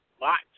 lots